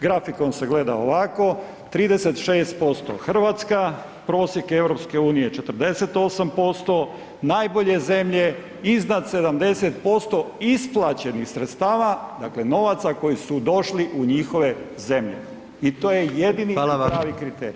Grafikon se gleda ovako, 36% Hrvatska, prosjek EU-a je 48%, najbolje zemlje iznad 70% isplaćenih sredstava, dakle novaca koji su došli u njihove zemlje i to je jedini i pravi kriterij.